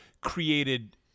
created